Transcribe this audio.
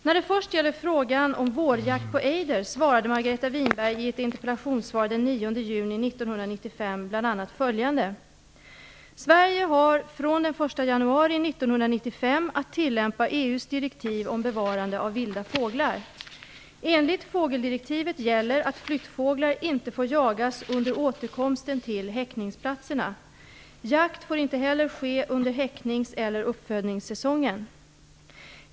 När det först gäller frågan om vårjakt på ejder svarade Margareta Winberg i ett interpellationssvar den 9 Sverige har från den 1 januari 1995 att tillämpa EU:s direktiv om bevarande av vilda fåglar. Enligt fågeldirektivet gäller att flyttfåglar inte får jagas under återkomsten till häckningsplatserna. Jakt får inte heller ske under häcknings eller uppfödningssäsongen.